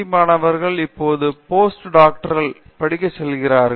D மாணவர்கள் இப்போது post doctoral படிக்கச் செல்கிறார்கள்